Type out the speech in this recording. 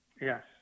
Yes